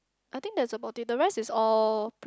I think that's about it the rest is all pr~